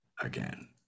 again